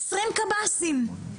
עשרים קב"סים.